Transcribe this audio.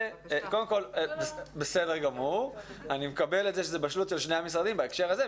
אני מקבל את זה שזאת בשלות של שני המשרדים בהקשר הזה.